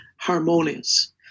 harmonious